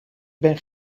ben